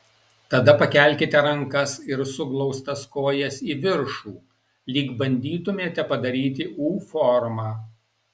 tada pakelkite rankas ir suglaustas kojas į viršų lyg bandytumėte padaryti u formą